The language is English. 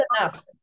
enough